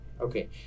okay